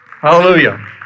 Hallelujah